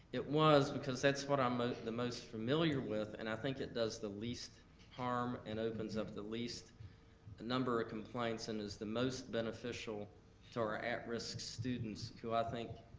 it was, because that's what i'm the most familiar with, and i think it does the least harm and opens up the least number of complaints and is the most beneficial to our at-risk students who i think